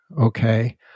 okay